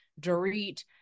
Dorit